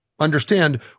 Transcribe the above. understand